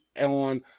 on